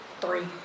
three